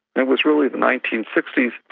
it was really the nineteen sixty